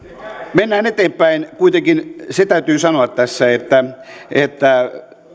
mennään eteenpäin kuitenkin se täytyy sanoa tässä että että